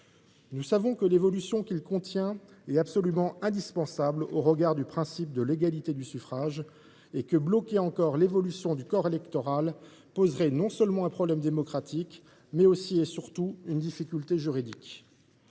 loi constitutionnelle est absolument indispensable au regard du principe de l’égalité du suffrage. Bloquer encore l’évolution du corps électoral poserait non seulement un problème démocratique, mais aussi, et surtout, une difficulté juridique.